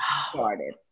started